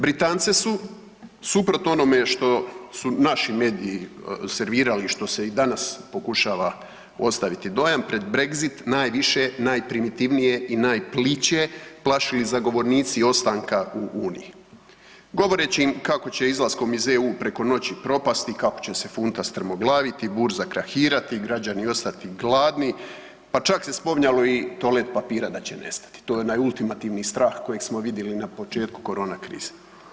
Britance su suprotno onome što su naši mediji servirali i što se i danas pokušava ostaviti dojam pred brexit najviše, najprimitivnije i najpliće plašili zagovornici ostanka u uniji govoreći im kako će izlaskom iz EU preko noći propasti, kako će se funta strmoglaviti, burza krahirati, građani ostati gladni, pa čak se spominjalo i toalet papira da će nestati, to je onaj ultimativni strah kojeg smo vidjeli na početku korona krize.